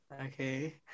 okay